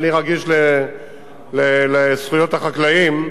ואני רגיש לזכויות החקלאים,